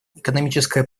экономическое